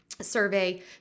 survey